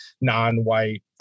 non-white